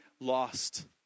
lost